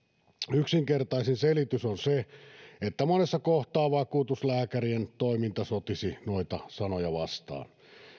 yksinkertaisin selitys on se että monessa kohtaa vakuutuslääkärien toiminta sotisi noita sanoja vastaan